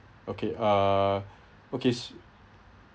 okay uh okay